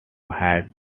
had